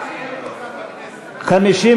לשנת התקציב 2016, בדבר הפחתת תקציב לא נתקבלו.